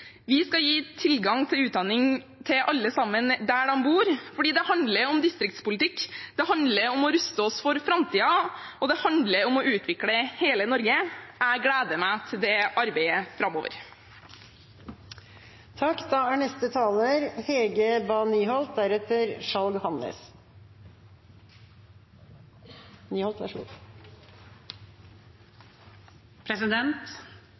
Vi skal gi tilgang til utdanning til alle der de bor, fordi det handler om distriktspolitikk, det handler om å ruste oss for framtiden, og det handler om å utvikle hele Norge. Jeg gleder meg til det arbeidet framover. Desentralisert utdanning er